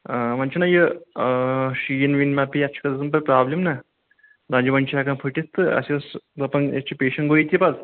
اۭں وۄنۍ چُھنا یہِ شیٖن ویٖن مہ پیٚیہِ یتھ چھِ گژھان پَتہٕ پرابلم نہ لَنجہِ وَنجہِ چھِ ہیٚکان پھٕٹتھ تہٕ اَسہِ ٲسۍ دپان یتھ چھِ پیشن گویی تہِ پَتہٕ